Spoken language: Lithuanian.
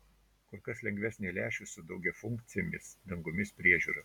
kur kas lengvesnė lęšių su daugiafunkcėmis dangomis priežiūra